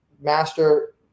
master